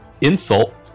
insult